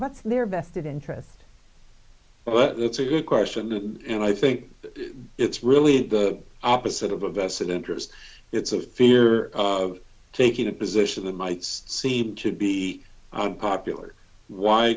what their best interests but that's a good question and i think it's really the opposite of a vested interest it's a fear of taking a position that might seem to be unpopular why